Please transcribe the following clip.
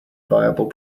viable